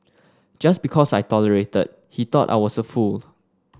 just because I tolerated he thought I was a fool